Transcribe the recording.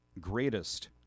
greatest